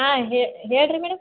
ಹಾಂ ಹೇಳಿರಿ ಮೇಡಮ್